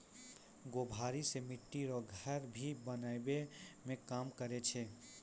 गभोरी से मिट्टी रो घर भी बनाबै मे काम करै छै